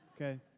Okay